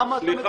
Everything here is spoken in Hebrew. למה אתה מדבר?